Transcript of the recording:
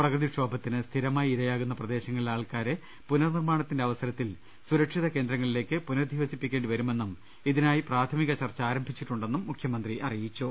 പ്രകൃതിക്ഷോഭത്തിന് സ്ഥിരമായി ഇരയാകുന്ന പ്രദേശങ്ങളിലെ ആൾക്കാരെ പുനർനിർമാണത്തിന്റെ അവസരത്തിൽ സുരക്ഷിത കേന്ദ്രങ്ങളിലേക്ക് പുനരധിവസിപ്പിക്കേണ്ടിവരുമെന്നും ഇതിനായി പ്രാഥമിക ചർച്ച ആരംഭിച്ചിട്ടുണ്ടെന്നും മുഖ്യമന്ത്രി അറിയിച്ചു